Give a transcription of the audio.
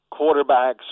quarterbacks